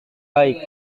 baik